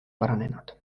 paranenud